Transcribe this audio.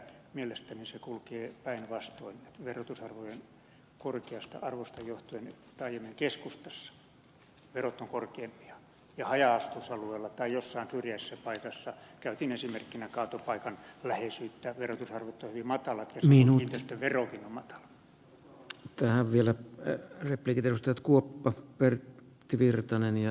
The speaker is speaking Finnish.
mielestäni se kulkee päinvastoin että verotusarvojen korkeasta arvosta johtuen taajamien keskustassa verot ovat korkeampia ja haja asutusalueilla tai jossain syrjäisessä paikassa käytin esimerkkinä kaatopaikan läheisyyttä verotusarvot ovat hyvin matalat ja silloin kiinteistöverokin on matala